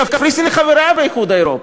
קפריסין היא חברה באיחוד האירופי,